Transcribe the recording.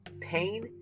pain